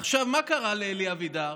עכשיו, מה קרה לאלי אבידר?